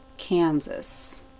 Kansas